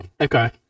Okay